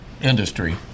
industry